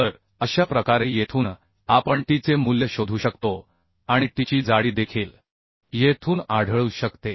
तर अशा प्रकारे येथून आपण t चे मूल्य शोधू शकतो आणि t ची जाडी देखील येथून आढळू शकते